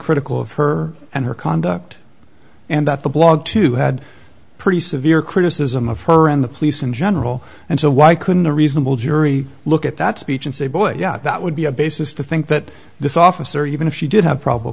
critical of her and her conduct and that the blog too had pretty severe criticism of her and the police in general and so why couldn't a reasonable jury look at that speech and say boy that would be a basis to think that this officer even if she did have probable